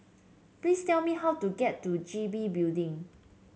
please tell me how to get to G B Building